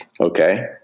okay